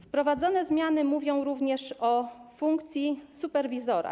Wprowadzone zmiany dotyczą również funkcji superwizora.